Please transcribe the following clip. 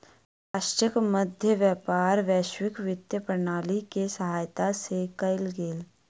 राष्ट्रक मध्य व्यापार वैश्विक वित्तीय प्रणाली के सहायता से कयल गेल